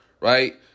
right